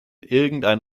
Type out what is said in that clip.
irgendein